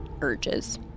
urges